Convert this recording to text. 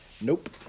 Nope